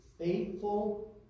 Faithful